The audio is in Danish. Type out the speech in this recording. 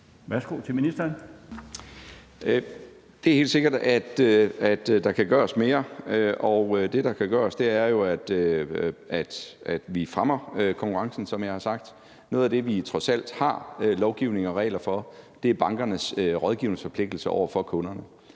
(Morten Bødskov): Det er helt sikkert, at der kan gøres mere, og det, der kan gøres, er jo, at vi fremmer konkurrencen, som jeg har sagt. Noget af det, vi trods alt har lovgivning og regler for, er bankernes rådgivningsforpligtelse over for kunderne.